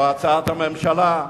או הצעת הממשלה.